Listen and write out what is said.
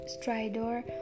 stridor